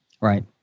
Right